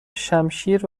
شمشیر